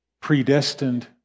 predestined